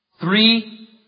Three